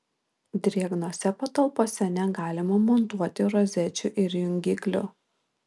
drėgnose patalpose negalima montuoti rozečių ir jungiklių